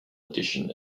addition